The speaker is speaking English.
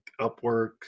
upwork